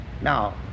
Now